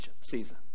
season